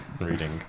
reading